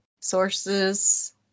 sources